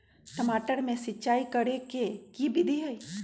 टमाटर में सिचाई करे के की विधि हई?